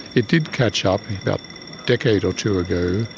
it did catch up about a decade or two ago,